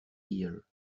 ear